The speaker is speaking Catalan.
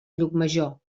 llucmajor